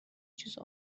چیزو